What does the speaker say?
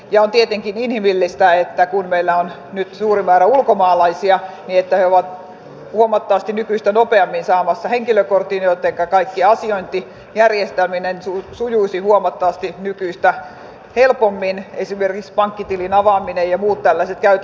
on tietenkin inhimillistä kun meillä on nyt suuri määrä ulkomaalaisia että he ovat huomattavasti nykyistä nopeammin saamassa henkilökortin jolloin kaikki asiointi ja järjestäminen sujuisi huomattavasti nykyistä helpommin esimerkiksi pankkitilin avaaminen ja muut tällaiset käytännön järjestelyt